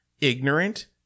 ignorant